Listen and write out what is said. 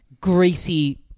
greasy